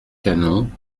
canon